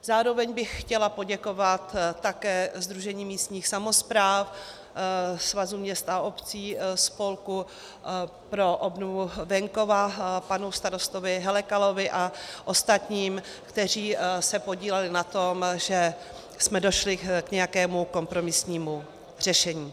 Zároveň bych chtěla poděkovat také Sdružení místních samospráv, Svazu měst a obcí, Spolku pro obnovu venkova, panu starostovi Helekalovi a ostatním, kteří se podíleli na tom, že jsme došli k nějakému kompromisnímu řešení.